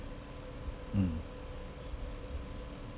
mm